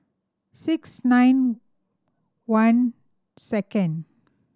six nine one second